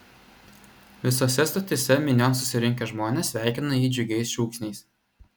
visose stotyse minion susirinkę žmonės sveikino jį džiugiais šūksniais